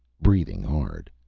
breathing hard,